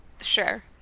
sure